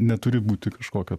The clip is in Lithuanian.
neturi būti kažkokio